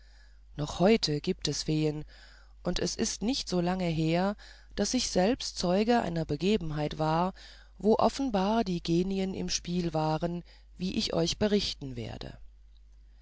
noch heute gibt es feen und es ist nicht so lange her daß ich selbst zeuge einer begebenheit war wo offenbar die genien im spiel waren wie ich euch berichten werde